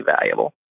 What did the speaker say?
valuable